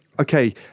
okay